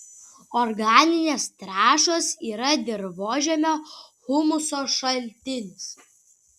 organinės trąšos yra dirvožemio humuso šaltinis